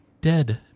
dead